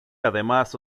además